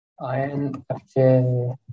INFJ